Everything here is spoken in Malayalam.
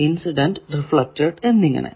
ഇൻസിഡന്റ് റിഫ്ലെക്ടഡ് എന്നിങ്ങനെ